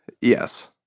Yes